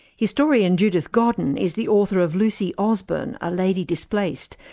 historian judith godden is the author of lucy osburn, a lady displaced',